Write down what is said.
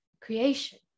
creation